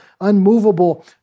unmovable